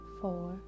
four